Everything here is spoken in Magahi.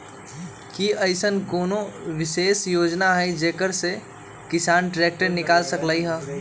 कि अईसन कोनो विशेष योजना हई जेकरा से किसान ट्रैक्टर निकाल सकलई ह?